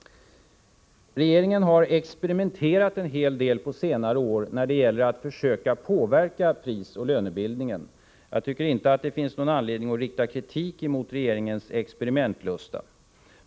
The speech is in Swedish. Regeringen har på senare år experimenterat en hel del när det gäller att försöka påverka prisoch lönebildningen. Jag tycker inte att det finns någon anledning att rikta kritik mot regeringens experimentlusta.